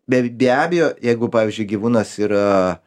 be be abejo jeigu pavyzdžiui gyvūnas yra